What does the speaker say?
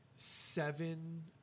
seven